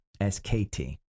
SKT